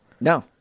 No